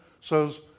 says